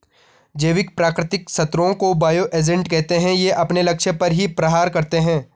जैविक प्राकृतिक शत्रुओं को बायो एजेंट कहते है ये अपने लक्ष्य पर ही प्रहार करते है